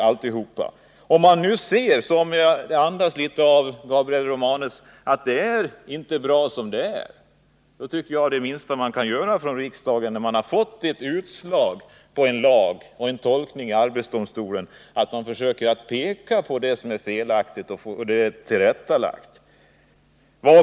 arbetsmiljöområ Om man nu har en insikt — som Gabriel Romanus anförande något der besjälades av — om att det inte är bra som det är, skulle väl det minsta man borde göra i riksdagen — när man dessutom fått ett uttolkande utslag från arbetsdomstolen i fråga om denna lag — vara att peka på det som är felaktigt och försöka få det tillrättalagt.